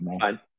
Fine